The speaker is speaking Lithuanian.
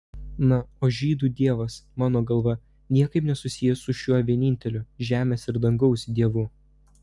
na o žydų dievas mano galva niekaip nesusijęs su šiuo vieninteliu žemės ir dangaus dievu